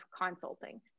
consulting